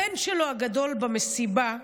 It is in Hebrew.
הבן הגדול שלו במסיבה,